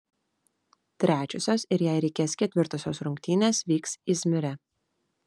trečiosios ir jei reikės ketvirtosios rungtynės vyks izmyre